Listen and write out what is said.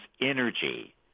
energy